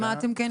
מה אתם יודעים?